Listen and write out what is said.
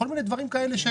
כל מיני דברים כאלה.